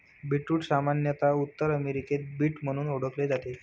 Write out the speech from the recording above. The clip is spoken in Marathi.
बीटरूट सामान्यत उत्तर अमेरिकेत बीट म्हणून ओळखले जाते